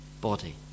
body